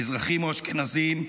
מזרחים או אשכנזים,